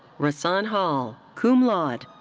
rahsaan hall, cum laude.